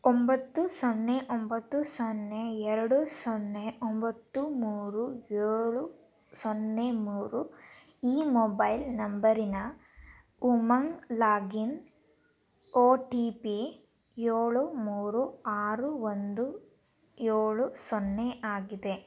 ಒಂಬತ್ತು ಸೊನ್ನೆ ಒಂಬತ್ತು ಸೊನ್ನೆ ಎರಡು ಸೊನ್ನೆ ಒಂಬತ್ತು ಮೂರು ಏಳು ಸೊನ್ನೆ ಮೂರು ಈ ಮೊಬೈಲ್ ನಂಬರಿನ Umang login O T P ಏಳು ಮೂರು ಆರು ಒಂದು ಏಳು ಸೊನ್ನೆ ಆಗಿದೆ